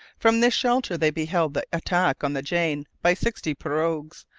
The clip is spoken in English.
from this shelter they beheld the attack on the jane by sixty pirogues,